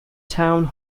town